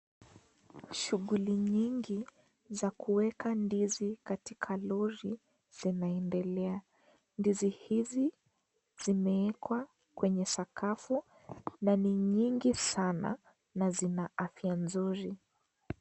Shughuli nyingi za kuweka ndizi katika lori zinaendelea ,ndizi hizi zimewekwa kwenye sakafu na ni nyingi sana na zina afya nzuri.